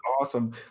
awesome